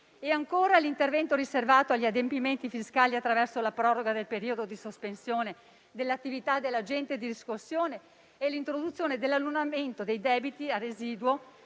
e ancora l'intervento riservato agli adempimenti fiscali attraverso la proroga del periodo di sospensione delle attività dell'agente di riscossione e l'introduzione dell'annullamento dei debiti a residuo